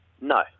No